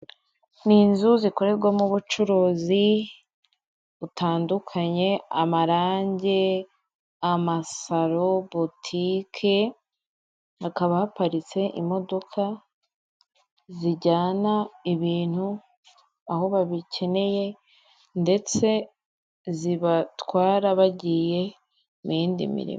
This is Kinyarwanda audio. Ni inzu zikorerwamo ubucuruzi butandukanye amarange, amasaro, botike hakaba haparitse imodoka zijyana ibintu aho babikeneye ndetse zibatwara bagiye mu yindi mirimo.